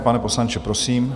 Pane poslanče, prosím.